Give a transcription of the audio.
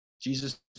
Jesus